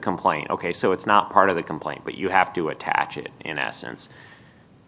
complaint ok so it's not part of the complaint but you have to attach it in essence